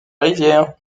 rivière